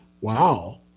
Wow